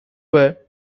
were